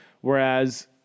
Whereas